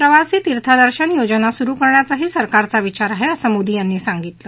प्रवासी तीर्थदर्शन योजना सुरु करण्याचा सरकारचा विचार आहे असं मोदी यांनी सांगितलं